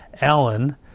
Alan